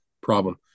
problem